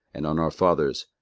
and on our fathers,